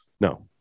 no